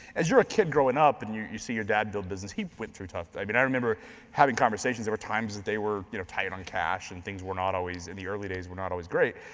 as you're a kid growing up and you you see your dad build business, he went through tough, i mean i remember having conversations over times that they were you know tight on cash and things were not always, in the early days, were not always great.